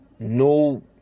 No